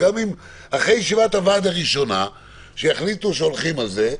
אחרי ישיבת הוועד הראשונה שיחליטו שהולכים על זה,